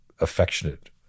affectionate